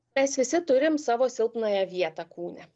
mes visi turim savo silpnąją vietą kūne